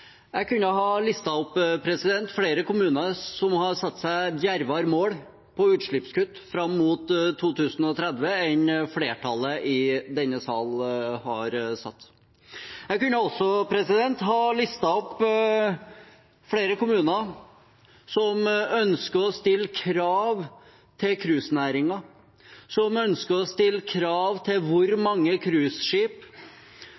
Jeg kunne ha listet opp flere kommuner som har satt seg djervere mål for utslippskutt fram mot 2030 enn det flertallet i denne sal har gjort. Jeg kunne også ha listet opp flere kommuner som ønsker å stille krav til cruisenæringen, som ønsker å stille krav til hvor